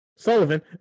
Sullivan